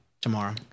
tomorrow